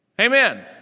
Amen